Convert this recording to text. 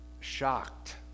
shocked